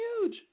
huge